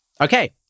Okay